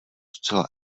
zcela